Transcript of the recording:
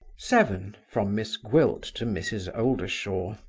seven. from miss gwilt to mrs. oldershaw.